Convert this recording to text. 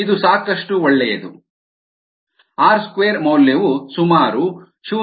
ಇದು ಸಾಕಷ್ಟು ಒಳ್ಳೆಯದು ಆರ್ ಸ್ಕ್ವೇರ್ ಮೌಲ್ಯವು ಸುಮಾರು 0